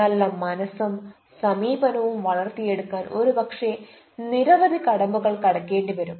നല്ല മനസ്സും സമീപനവും വളർത്തിയെടുക്കാൻ ഒരുപക്ഷേ നിരവധി കടമ്പകൾ കടക്കേണ്ടി വരും